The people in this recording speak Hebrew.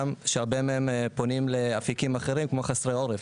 שהרבה מהם פונים לאפיקים אחרים כמו חסרי עורף.